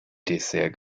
dessert